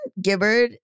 Gibbard